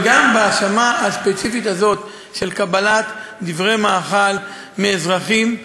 וגם בהאשמה הספציפית הזאת של קבלת דברי מאכל מאזרחים,